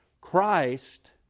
Christ